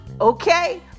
okay